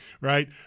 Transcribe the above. right